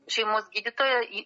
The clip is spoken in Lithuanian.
šeimos gydytoja į